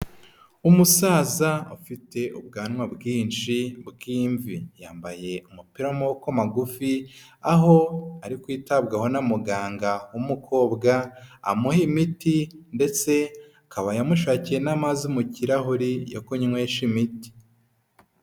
Umusaza ufite ubwanwa bwinshi bw'imvi, yambaye umupira w'amaboko magufi aho ari kwitabwaho na muganga w'umukobwa, amuha imiti ndetse akaba yamushakiye n'amazi mu kirahuri yo kunyweshe imiti.